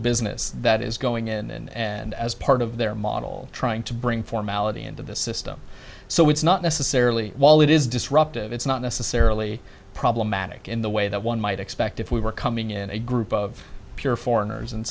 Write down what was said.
business that is going in and as part of their model trying to bring formality into the system so it's not necessarily while it is disruptive it's not necessarily problematic in the way that one might expect if we were coming in a group of pure foreigners and